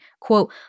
quote